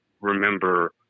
remember